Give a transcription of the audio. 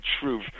truth